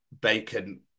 bacon